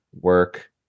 work